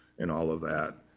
and all of that.